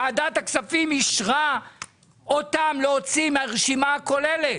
ועדת הכספים אישרה להוציא אותם מהרשימה הכוללת.